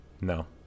No